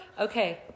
Okay